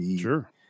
Sure